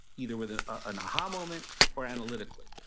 either with an an aha moment or analytically.